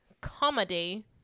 Comedy